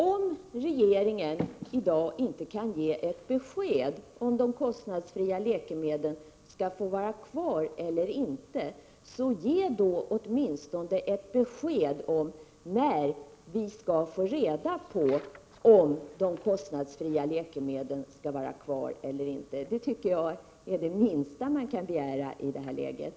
Om regeringen i dag inte kan ge ett besked huruvida de kostnadsfria läkemedlen skall få vara kvar eller inte, så ge åtminstone ett besked om när vi kan få reda på om de kostnadsfria läkemedlen skall vara kvar eller inte! Det tycker jag är det minsta man kan begära i det här läget.